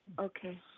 Okay